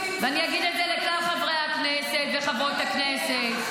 ואני אגיד את זה לשאר חברי הכנסת וחברות הכנסת,